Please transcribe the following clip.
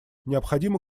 необходимо